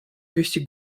wieści